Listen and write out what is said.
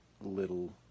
little